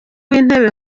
w’intebe